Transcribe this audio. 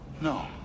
No